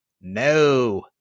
No